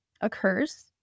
occurs